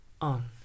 on